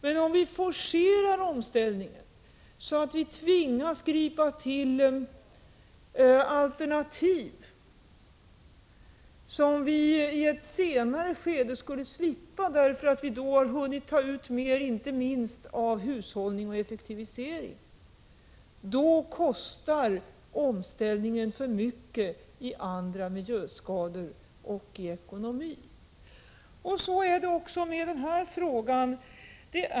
Men om vi forcerar omställningen, så att vi tvingas tillgripa alternativ som vi skulle slippa i ett senare skede, därför att vi då har hunnit längre när det gäller inte minst hushållning och effektivisering, kostar omställningen för mycket i andra miljöskador och i skador på ekonomin. Så är det också med den här frågan.